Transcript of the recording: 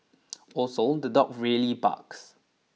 also the dog really barks